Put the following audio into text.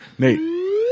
Nate